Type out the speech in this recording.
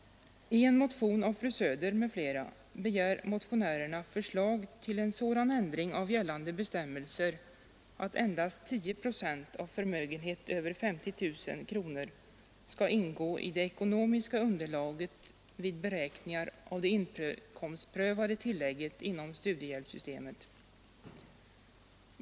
I en motion av fru Söder m.fl. begär motionärerna förslag till sådan ändring av gällande bestämmelser att endast 10 procent av förmögenhet över 50 000 kronor skall ingå i det ekonomiska underlaget vid beräkningar av det inkomstprövade tillägget inom studiehjälpssystemet.